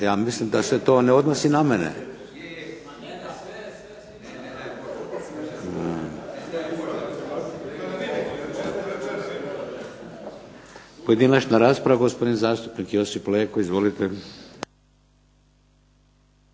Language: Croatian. Ja mislim da se to ne odnosi na mene. Pojedinačna rasprava gospodin zastupnik Josip Leko. Izvolite.